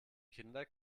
kinder